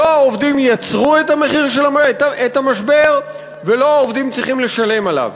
לא העובדים יצרו את המשבר ולא העובדים צריכים לשלם עליו.